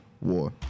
War